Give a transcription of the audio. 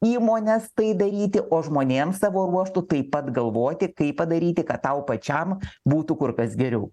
įmonės tai daryti o žmonėms savo ruožtu taip pat galvoti kaip padaryti kad tau pačiam būtų kur kas geriau